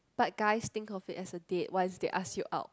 but guys think of it as a date once they ask you out